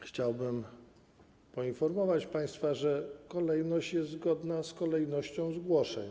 Chciałbym poinformować państwa, że kolejność wystąpień jest zgodna z kolejnością zgłoszeń.